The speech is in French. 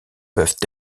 peuvent